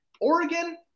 Oregon